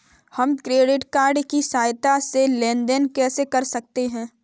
हम credit card की सहायता से लेन देन कैसे कर सकते हैं?